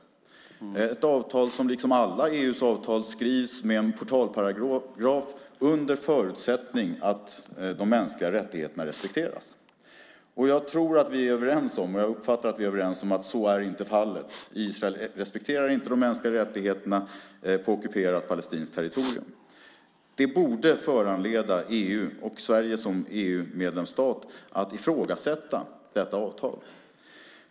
Det är ett avtal som liksom alla EU:s avtal är skrivet med en portalparagraf, under förutsättning att de mänskliga rättigheterna respekteras. Jag tror och uppfattar att vi är överens om att så inte är fallet. Israel respekterar inte de mänskliga rättigheterna på ockuperat palestinskt territorium. Det borde föranleda EU och Sverige, som EU-medlemsstat, att ifrågasätta detta avtal.